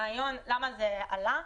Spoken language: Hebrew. למה זה עלה?